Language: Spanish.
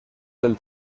del